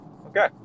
Okay